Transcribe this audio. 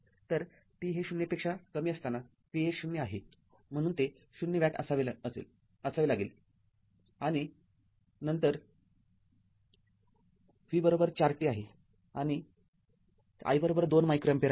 तर t हे ० पेक्षा कमी असताना v हे ० आहे म्हणून ते ० वॅट असेल आणि नंतर v४t आहे आणि i २ मायक्रो अँपिअर आहे